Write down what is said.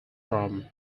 from